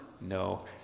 No